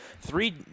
three